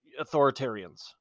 authoritarians